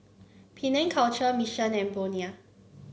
Penang Culture Mission and Bonia